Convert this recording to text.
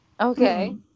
Okay